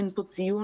אין פה ציון,